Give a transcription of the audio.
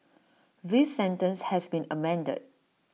this sentence has been amended